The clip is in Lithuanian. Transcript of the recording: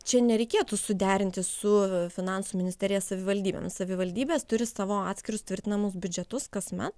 čia nereikėtų suderinti su finansų ministerija savivaldybėmis savivaldybės turi savo atskirus tvirtinamus biudžetus kasmet